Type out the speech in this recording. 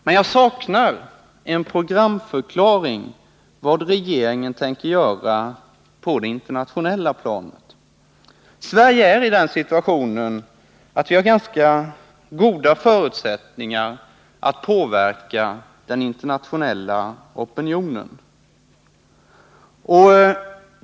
Men jag saknar en programförklaring vad regeringen tänker göra på det internationella planet. Sverige är i den situationen att vårt land har ganska goda förutsättningar att påverka den internationella opinionen.